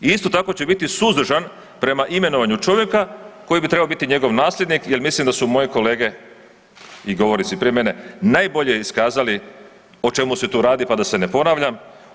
I isto tako će biti suzdržan prema imenovanju čovjeka koji bi trebao biti njegov nasljednik jer mislim da su moje kolege i govornici prije mene najbolje iskazali o čemu se tu radi pa da se ne ponavljam.